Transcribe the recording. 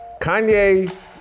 Kanye